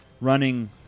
running